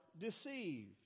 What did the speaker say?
deceived